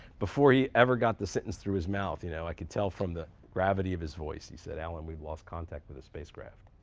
before he ever got the sentence through his mouth, you know i could tell from the gravity of his voice, he said, alan, we've lost contact with the spacecraft.